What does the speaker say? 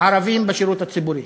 ערבים בשירות הציבורי?